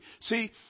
See